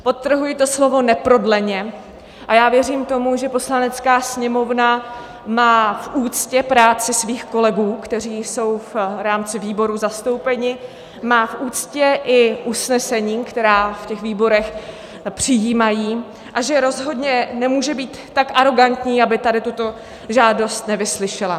Podtrhuji slovo neprodleně, a já věřím tomu, že Poslanecká sněmovna má v úctě práci svých kolegů, kteří jsou v rámci výborů zastoupeni, má v úctě i usnesení, která v těch výborech přijímají, a že rozhodně nemůže být tak arogantní, aby tuto žádost nevyslyšela.